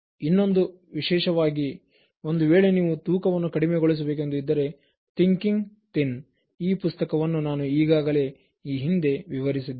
ಇನ್ನೊಂದು ವಿಶೇಷವಾಗಿ ಒಂದು ವೇಳೆ ನೀವು ತೂಕವನ್ನು ಕಡಿಮೆ ಗೊಳಿಸಬೇಕೆಂದು ಇದ್ದರೆ Thinking Thin ಈ ಪುಸ್ತಕವನ್ನು ನಾನು ಈಗಾಗಲೇ ಈ ಹಿಂದೆ ವಿವರಿಸಿದ್ದೇನೆ